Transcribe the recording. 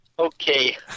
Okay